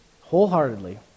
wholeheartedly